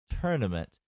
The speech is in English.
tournament